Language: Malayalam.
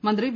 മന്ത്രി വി